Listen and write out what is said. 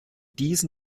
diesen